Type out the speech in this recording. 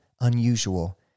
unusual